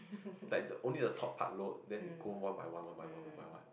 like the only the top part load then it go one by one one by one one by one